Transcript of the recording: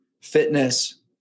fitness